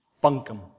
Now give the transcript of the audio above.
bunkum